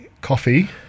coffee